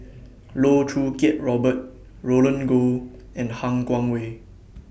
Loh Choo Kiat Robert Roland Goh and Han Guangwei